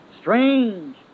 Strange